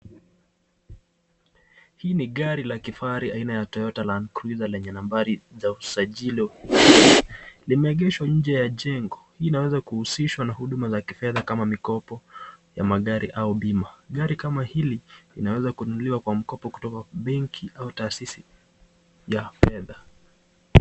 Hii ni aina ya gari ya kifahari ya toyota land cruiser yenye nambari ya usajili. Limeegeshwa nje ya jengo, hii inaweza kuhusishwa na huduma za kifedha kama mikopo ya magari au bima, gari kama hili linaweza kuwa kununuliwa kwa mkopo kutoka benki au taasisi ya fedha.